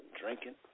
drinking